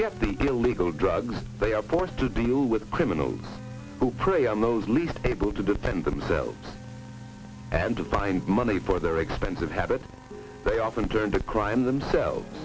get the illegal drugs they are forced to deal with criminals who prey on those least able to defend themselves and to find money for their expensive habit they often turn to crime themselves